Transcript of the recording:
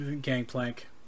gangplank